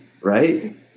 right